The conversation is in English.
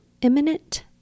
imminent